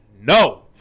no